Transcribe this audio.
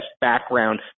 background